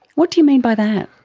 what do you mean by that?